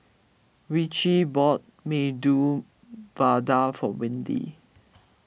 Richie bought Medu Vada for Windy